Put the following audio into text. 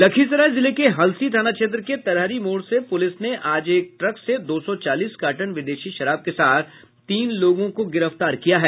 लखीसराय जिले के हलसी थाना क्षेत्र के तरहरी मोड़ से पूलिस ने आज एक ट्रक से दो सौ चालीस कार्टन विदेशी शराब के साथ तीन लोगो को गिरफ्तार किया है